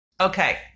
Okay